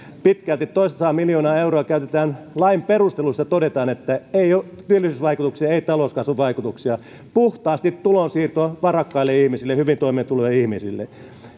pitkälti toistasataa miljoonaa euroa käytetään lain perusteluissa todetaan että ei ole työllisyysvaikutuksia ei talouskasvuvaikutuksia puhtaasti tulonsiirtoa varakkaille ihmisille hyvin toimeentuleville ihmisille